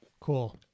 cool